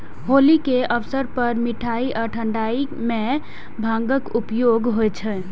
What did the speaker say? होली के अवसर पर मिठाइ आ ठंढाइ मे भांगक उपयोग होइ छै